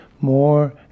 more